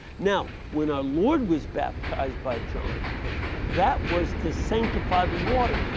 now when our lord was baptized by john that was to sanctify the water.